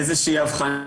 איזושהי אבחנה,